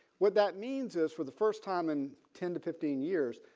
what that means is for the first time in ten to fifteen years.